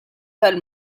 tal